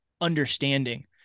understanding